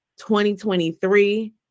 2023